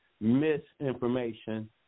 misinformation